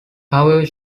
however